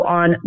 on